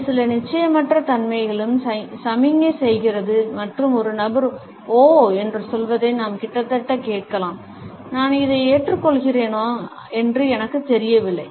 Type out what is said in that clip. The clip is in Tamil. இது சில நிச்சயமற்ற தன்மையையும் சமிக்ஞை செய்கிறது மற்றும் ஒரு நபர் ஓ என்று சொல்வதை நாம் கிட்டத்தட்ட கேட்கலாம் நான் இதை ஏற்றுக்கொள்கிறேனா என்று எனக்குத் தெரியவில்லை